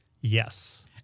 Yes